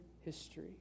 history